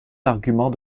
l’argument